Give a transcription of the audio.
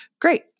great